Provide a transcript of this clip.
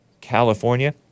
California